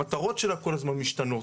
המטרות שלה כל הזמן משתנה,